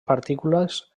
partícules